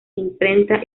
imprenta